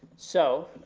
so,